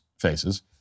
faces